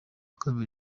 kabiri